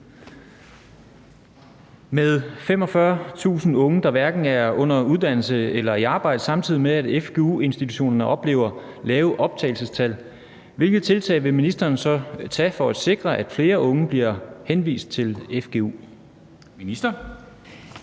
Med 45.000 unge, der hverken er under uddannelse eller i arbejde, samtidig med at fgu-institutionerne oplever lave optagelsestal, hvilke tiltag vil ministeren så tage for at sikre, at flere unge bliver henvist til fgu? Kl.